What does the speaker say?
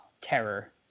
terror